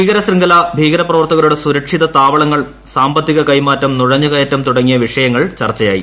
ഭീകരശൃംഖല ഭീകരപ്രവർത്തകരുടെ സുരക്ഷിത താവളങ്ങൾ സാമ്പത്തിക കൈമാറ്റം നുഴഞ്ഞുകയറ്റും തുടങ്ങിയ വിഷയങ്ങൾ ചർച്ചയായി